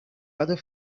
other